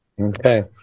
Okay